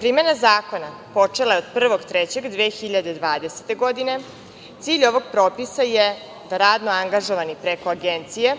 Primena zakona počela je od 1. marta 2020. godine. Cilj ovog propisa je da radno angažovani preko agencije